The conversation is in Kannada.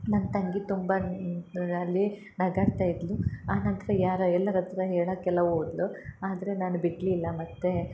ನನ್ನ ತಂಗಿ ತುಂಬ ಅಲ್ಲಿ ನಗಾಡ್ತಾಯಿದ್ಲು ಆನಂತರ ಯಾರ ಎಲ್ಲರ ಹತ್ತಿರ ಹೇಳಕೆಲ್ಲ ಹೋದ್ಲು ಆದರೆ ನಾನು ಬಿಡಲಿಲ್ಲ ಮತ್ತು